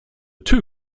two